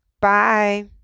Bye